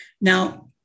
Now